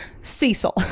Cecil